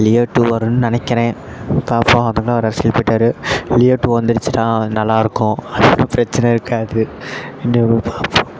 Leo two வரும்னு நினைக்கிறேன் பார்ப்போம் அதுக்குள்ளே அவர் அரசியலுக்கு போய்ட்டாரு லியோ டூ வந்துடுச்சுன்னா நல்லாயிருக்கும் அடுத்து பிரச்சனை இருக்காது என்னி வரும்னு பார்ப்போம்